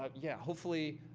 um yeah. hopefully,